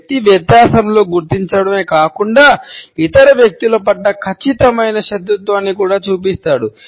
వ్యక్తి వ్యత్యాసంలో గుర్తించబడటమే కాకుండా ఇతర వ్యక్తుల పట్ల ఖచ్చితమైన శత్రుత్వాన్ని కూడా చూపిస్తాడు